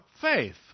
faith